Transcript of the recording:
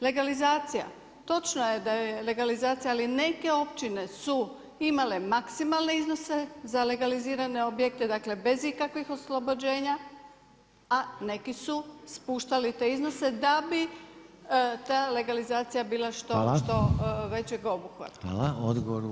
Legalizacija, točno je da je legalizacija ali neke općine su imale maksimalne iznose za legalizirane objekte dakle bez ikakvih oslobođenja, a neki su spuštali te iznose da bi ta legalizacija bila što većeg obuhvata.